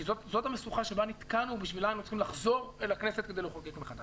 כי זאת המשוכה שבה נתקענו ובשבילה היינו צריכים לכנסת כדי לחוקק מחדש.